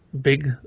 big